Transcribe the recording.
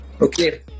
Okay